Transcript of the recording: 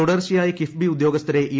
തുടർച്ചയായി കിഫ്ബി ഉദ്യോഗസ്ഥരെ ഇ